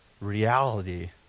reality